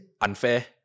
unfair